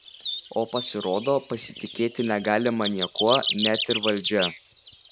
o pasirodo pasitikėti negalima niekuo net ir valdžia